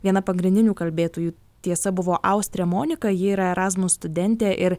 viena pagrindinių kalbėtojų tiesa buvo austrė monika ji yra erasmus studentė ir